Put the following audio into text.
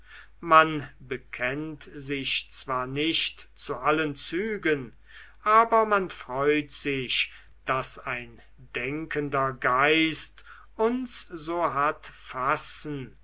man bekennt sich zwar nicht zu allen zügen aber man freut sich daß ein denkender geist uns so hat fassen